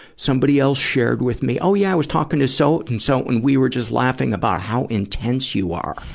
somebody else shared with me, oh, yeah, i was talking to so and so, and we were just laughing about how intense you are.